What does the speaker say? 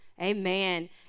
Amen